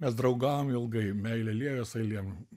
mes draugavom ilgai meilė liejos eilėm